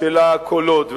של הקולות,